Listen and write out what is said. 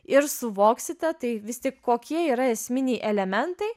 ir suvoksite tai vis tik kokie yra esminiai elementai